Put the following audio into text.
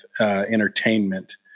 entertainment